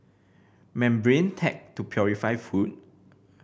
membrane tech to purify food